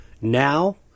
now